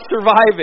surviving